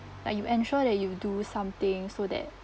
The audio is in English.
like you ensure that you do something so that